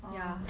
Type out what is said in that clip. oh